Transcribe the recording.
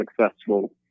successful